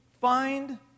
find